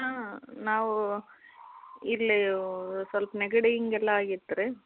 ಹಾಂ ನಾವು ಇಲ್ಲಿ ಸ್ವಲ್ಪ ನೆಗಡಿ ಹಿಂಗೆಲ್ಲ ಆಗಿತ್ತು ರೀ